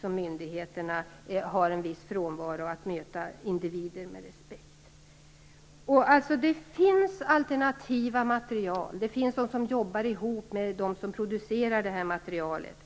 som myndigheter har en viss frånvaro av respekt vid mötet med individer. Det finns alternativa material, och det finns dem som jobbar ihop med producenterna av det materialet.